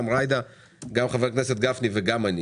גם ג'ידא וגם חבר הכנסת גפני וגם אני,